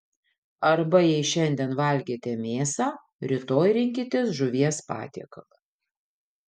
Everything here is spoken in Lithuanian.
arba jei šiandien valgėte mėsą rytoj rinkitės žuvies patiekalą